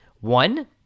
One